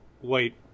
Wait